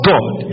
God